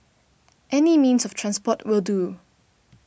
any means of transport will do